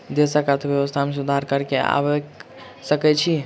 देशक अर्थव्यवस्था में सुधार कर सॅ आइब सकै छै